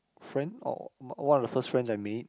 friend or one of the first friends I made